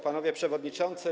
Panowie Przewodniczący!